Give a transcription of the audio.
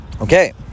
Okay